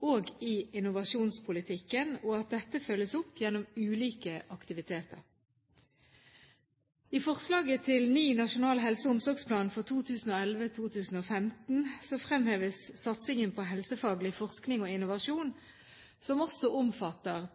og i innovasjonspolitikken, og at dette følges opp gjennom ulike aktiviteter. I forslaget til ny nasjonal helse- og omsorgsplan for 2011–2015 fremheves satsingen på helsefaglig forskning og innovasjon – som også omfatter